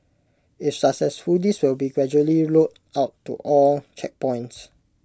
if successful this will be gradually rolled out to all checkpoints